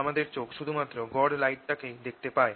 আমাদের চোখ শুধুমাত্র গড় লাইটটাকেই দেখতে পায়